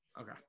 Okay